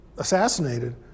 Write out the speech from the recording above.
assassinated